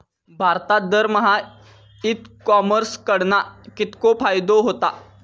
भारतात दरमहा e commerce कडणा कितको फायदो होता?